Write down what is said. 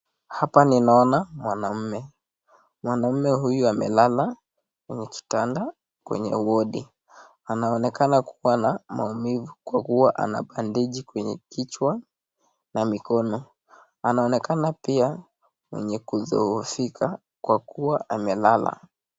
Hapa ninaona mwanaume , mwanaume huyu amelala kwa kitanda, kwenye wodi. Anaonekana kukuwa na maumivu. Kwa kuwa anabandeji kwenye kichwa na mikono. Anaonekana pia mwenye kuzoofika kwa kuwa amelala.